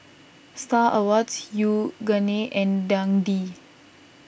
Star Awards Yoogane and Dundee